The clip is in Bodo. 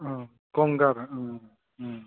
अ गंगार